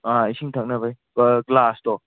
ꯑꯥ ꯏꯁꯤꯡ ꯊꯛꯅꯕꯒꯤ ꯒ꯭ꯂꯥꯁꯇꯣ